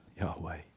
Yahweh